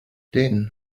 then